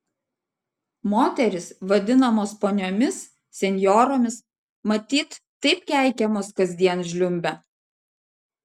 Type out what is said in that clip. moterys vadinamos poniomis senjoromis matyt taip keikiamos kasdien žliumbia